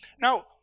Now